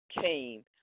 came